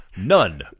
none